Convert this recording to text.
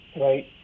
right